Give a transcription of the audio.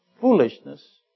foolishness